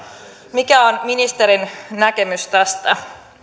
mikä on ministerin näkemys tästä